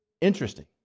interesting